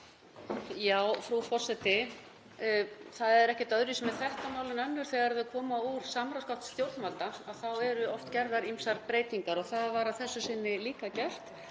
Frú forseti. Það er ekkert öðruvísi með þetta mál en önnur. Þegar þau koma úr samráðsgátt stjórnvalda þá eru oft gerðar ýmsar breytingar og það var að þessu sinni líka gert.